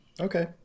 Okay